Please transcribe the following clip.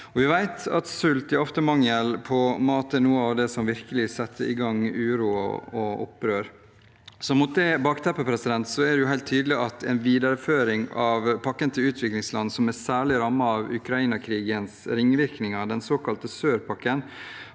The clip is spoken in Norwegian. Vi vet at sult og ofte mangel på mat er noe av det som virkelig setter i gang uro og opprør. Mot det bakteppet er det helt tydelig at en videreføring av pakken til utviklingsland som er særlig rammet av Ukraina-krigens ringvirkninger, den såkalte sør-pakken,